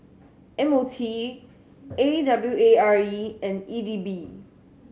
M O T A W A R E and E D B